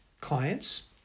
clients